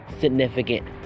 significant